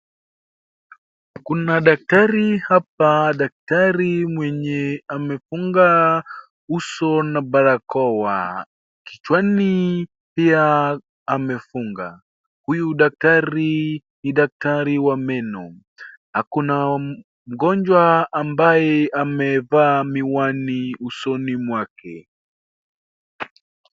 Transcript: Kuna daktari hapa daktari mwenye amefunga uso na barakoa. Kichwani pia amefunga. Huyu daktari ni daktari wa meno. Ako na mgonjwa ambaye amevaa miwani usoni mwake.